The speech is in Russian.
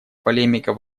полемика